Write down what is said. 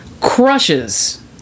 crushes